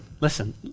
listen